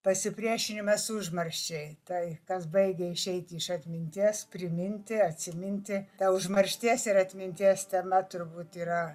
pasipriešinimas užmarščiai tai kas baigia išeiti iš atminties priminti atsiminti ta užmaršties ir atminties tema turbūt yra